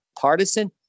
partisan